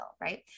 right